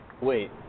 Wait